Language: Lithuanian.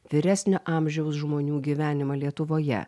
vyresnio amžiaus žmonių gyvenimą lietuvoje